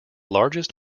largest